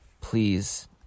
Please